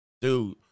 Dude